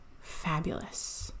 fabulous